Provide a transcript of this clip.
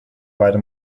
beide